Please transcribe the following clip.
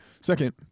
Second